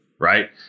right